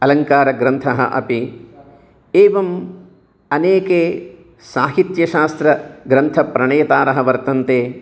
अलङ्कारग्रन्थः अपि एवम् अनेके साहित्यशास्त्र ग्रन्थप्रणेतारः वर्तन्ते